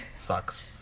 Sucks